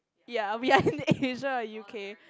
ya we are in Asia U_K